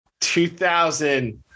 2000